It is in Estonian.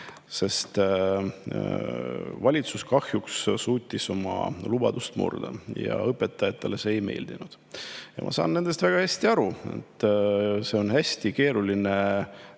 sest valitsus oli kahjuks oma lubadust murdnud ja õpetajatele see ei meeldinud. Ma saan nendest väga hästi aru. See on hästi keeruline,